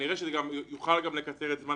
כנראה שזה גם יוכל לקצר את זמן